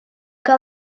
que